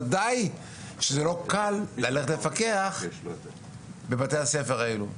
ודאי שזה לא קל ללכת לפקח בבתי הספר האלה.